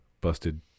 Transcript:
busted